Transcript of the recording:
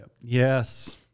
Yes